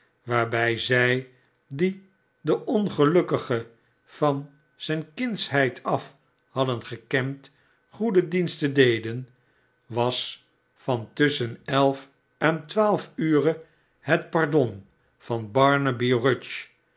waarbij zij die den ongelukkige van zijne kindsheid af hadden gekend goede diensten deden was van tusschen elf en twaalf ure het pardon van